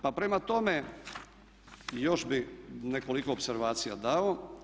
Pa prema tome, još bih nekoliko opservacija dao.